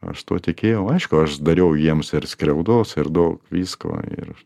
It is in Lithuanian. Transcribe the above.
aš tuo tikėjau aišku aš dariau jiems ir skriaudos ir daug visko ir